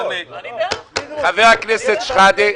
חבר הכנסת שחאדה.